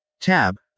Tab